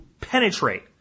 penetrate